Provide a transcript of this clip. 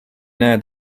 näe